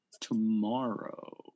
tomorrow